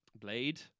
Blade